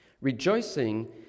Rejoicing